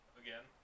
again